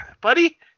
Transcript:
Buddy